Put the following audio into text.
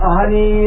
honey